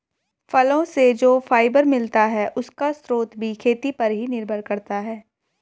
फलो से जो फाइबर मिलता है, उसका स्रोत भी खेती पर ही निर्भर है